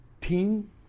team